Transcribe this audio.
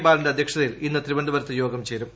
ബാലന്റെ അധ്യക്ഷതയിൽ ഇന്ന് തിരുവനന്തപുരത്ത് യോഗം ചേരും